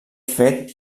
fet